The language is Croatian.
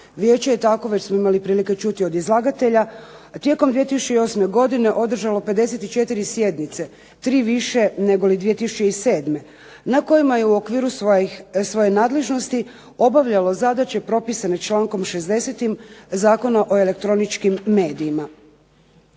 Vijeće je tako već smo imali prilike čuti od izlagatelja tijekom 2008. godine održalo 54 sjednice, tri više nego 2007. na kojima je u okviru svoje nadležnosti obavljalo zadaće propisano člankom 60. Zakona o elektroničkim medijima.